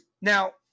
Now